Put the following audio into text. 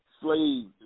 slave